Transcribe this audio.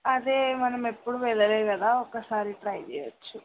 అదే మనం ఎప్పుడు వెళ్ళలేదు కదా ఒకసారి ట్రై చేయచ్చు